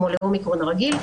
כמו לאומיקרון רגיל,